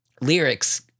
lyrics